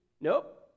nope